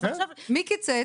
אז עכשיו --- מי קיצץ?